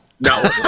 No